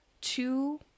two